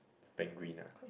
penguin ah